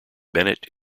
bennett